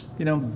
you know,